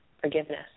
forgiveness